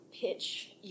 pitch